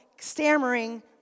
stammering